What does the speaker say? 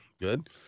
good